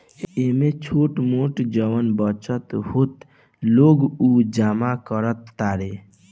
एमे छोट मोट जवन बचत होत ह लोग उ जमा करत तारे